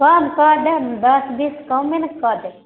कम कऽ देब दस बीस कमे ने कऽ देब